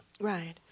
Right